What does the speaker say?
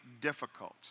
difficult